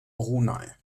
brunei